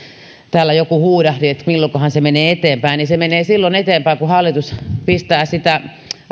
täällä joku huudahti että milloinkahan se menee eteenpäin se menee silloin eteenpäin kun hallitus pistää sitä